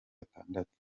atandatu